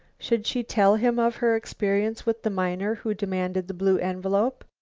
should she tell him of her experience with the miner who demanded the blue envelope,